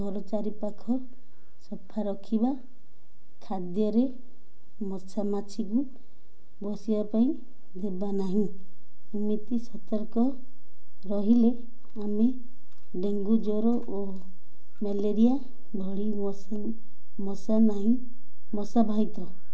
ଘର ଚାରିପାଖ ସଫା ରଖିବା ଖାଦ୍ୟରେ ମଶା ମାଛିକୁ ବସିବା ପାଇଁ ଦେବା ନାହିଁ ଏମିତି ସତର୍କ ରହିଲେ ଆମେ ଡେଙ୍ଗୁ ଜ୍ଵର ଓ ମ୍ୟାଲେରିଆ ଭଳି ମଶା ନାହିଁ ମଶା ବାହିତ